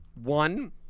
One